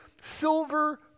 silver